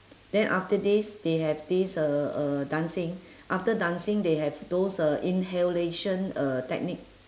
then after this they have this uh uh dancing after dancing they have those uh inhalation uh technique